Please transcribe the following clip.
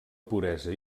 puresa